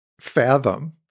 fathom